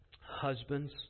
Husbands